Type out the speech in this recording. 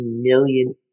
million